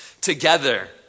together